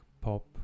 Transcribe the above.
pop